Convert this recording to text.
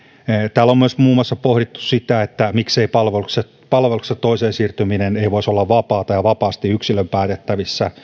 täällä on pohdittu myös muun muassa sitä miksei palveluksesta toiseen siirtyminen voisi olla vapaata ja vapaasti yksilön päätettävissä